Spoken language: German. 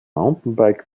mountainbike